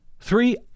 three